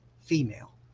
female